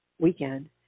weekend